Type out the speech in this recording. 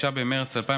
6 במרץ 2023,